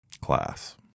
class